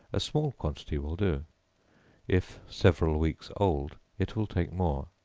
a small quantity will do if several weeks old, it will take more.